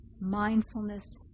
mindfulness